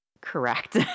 correct